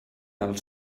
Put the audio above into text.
els